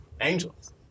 Angels